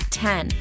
ten